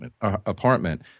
apartment